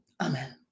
Amen